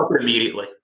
immediately